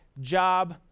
Job